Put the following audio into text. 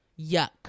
Yuck